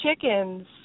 chickens